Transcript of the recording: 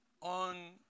on